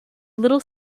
little